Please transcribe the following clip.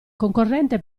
concorrente